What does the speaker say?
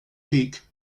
peak